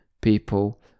people